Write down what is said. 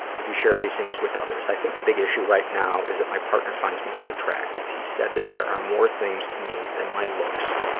have you shared these things with others? i think the big issue right now is that my partner finds me unattractive. he said that there are more things to me than my looks.